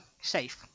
safe